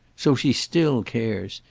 so she still cares.